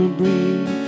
breathe